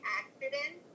accident